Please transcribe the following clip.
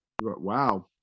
Wow